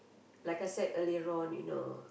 like I said earlier on you know